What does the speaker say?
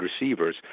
receivers